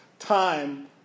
time